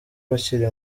bakiri